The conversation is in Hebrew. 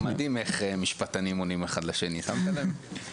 מדהים איך משפטנים עונים אחד לשני, שמת לב?